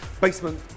Basement